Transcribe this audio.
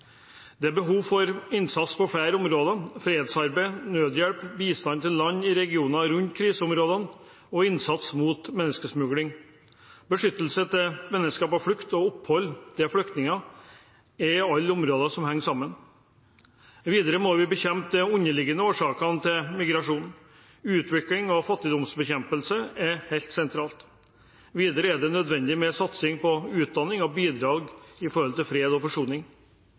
Det er behov for innsats på flere områder: fredsarbeid, nødhjelp, bistand til land i regionen rundt kriseområdene og innsats mot menneskesmugling, beskyttelse av mennesker på flukt og opphold for flyktninger – alle områdene henger sammen. Videre må vi bekjempe de underliggende årsakene til migrasjon. Utvikling av fattigdomsbekjempelse er helt sentralt, og det er nødvendig med satsing på utdanning og bidrag nå det gjelder fred og forsoning.